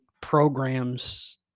programs